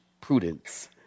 prudence